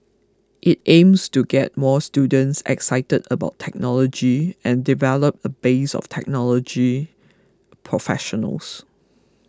it aims to get more students excited about technology and develop a base of technology professionals